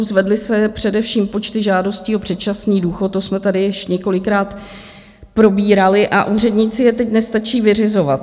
Zvedly se především počty žádostí o předčasný důchod to jsme tady již několikrát probírali a úředníci je teď nestačí vyřizovat.